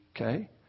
Okay